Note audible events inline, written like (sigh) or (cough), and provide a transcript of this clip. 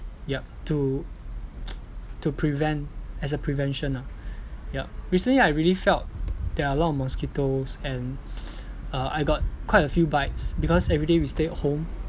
yup to (noise) to prevent as a prevention lah yup recently I really felt there are lot of mosquitoes and uh I got quite a few bites because every day we stay at home